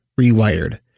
rewired